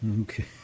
Okay